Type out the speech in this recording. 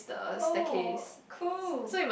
oh cool